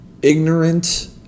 Ignorant